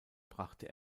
brachte